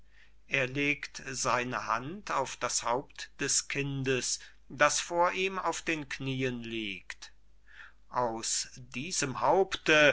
er legt seine hand auf das haupt des kindes das vor ihm auf den knieen liegt aus diesem haupte